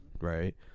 right